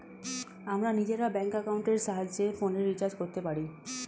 আমরা নিজেরা ব্যাঙ্ক অ্যাকাউন্টের সাহায্যে ফোনের রিচার্জ করতে পারি